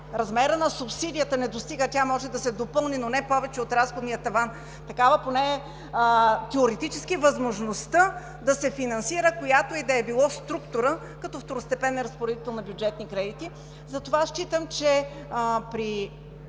размерът на субсидията не достига, тя може да се допълни, но не повече от разходния таван. Такава поне теоретически е възможността да се финансира, която и да било, структура като второстепенен разпоредител с бюджетни кредити. Затова считам, така или